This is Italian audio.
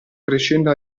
crescendo